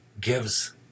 gives